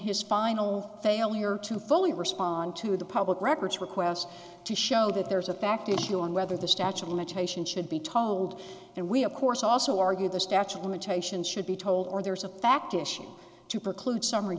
his final failure to fully respond to the public records request to show that there's a fact issue on whether the statue of limitation should be told and we of course also argue the statue of limitations should be told or there's a fact issue to preclude summary